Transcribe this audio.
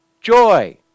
joy